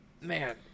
man